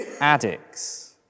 addicts